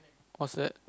what's that